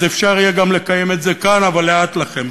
אז אפשר יהיה גם לקיים את זה כאן, אבל לאט לכם.